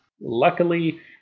Luckily